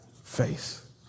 face